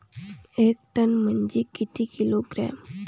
एक टन म्हनजे किती किलोग्रॅम?